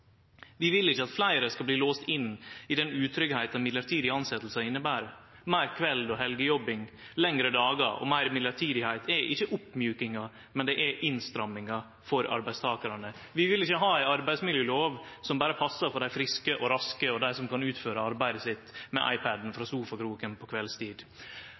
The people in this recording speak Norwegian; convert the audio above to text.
Vi vil ikkje at fleire skal bli låst inn i den utryggleiken mellombelse tilsetjingar inneber. Meir kvelds- og helgejobbing, lengre dagar og meir mellombels tilsetjing er ikkje oppmjukingar, det er innstrammingar for arbeidstakarane. Vi vil ikkje ha ei arbeidsmiljølov som berre passar for dei friske og raske og dei som kan utføre arbeidet sitt med iPad-en frå sofakroken på